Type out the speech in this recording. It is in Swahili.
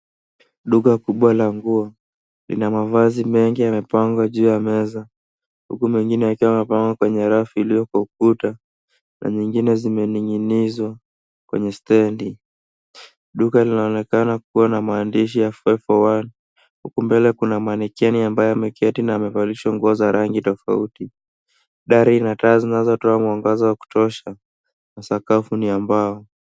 Duka kubwa la nguo lina mavazi mengi yamepangwa juu ya meza huku mengine yakiwa yamepangwa kwenye rafu iliyo kwa ukuta na nyingine zimening'inizwa kwenye stand .Duka linaonekana kuwa na maandishi ya 501.Huku mbele kuna manquin ambaye ameketi na amevalishwa nguo za rangi tofauti. Dari ina taa zinazotoa mwangaza wa kutosha na sakafu ni ya mbao.